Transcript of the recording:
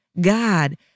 God